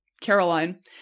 Caroline